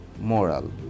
Moral